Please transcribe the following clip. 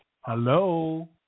Hello